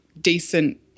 decent